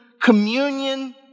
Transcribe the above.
communion